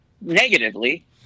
negatively